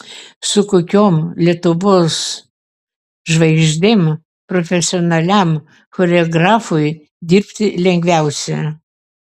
su kokiom lietuvos žvaigždėm profesionaliam choreografui dirbti lengviausia